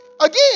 again